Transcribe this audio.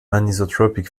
anisotropic